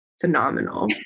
phenomenal